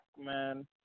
man